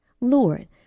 Lord